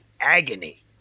agony